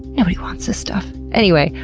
nobody wants this stuff. anyway,